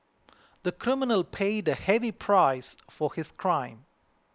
the criminal paid a heavy price for his crime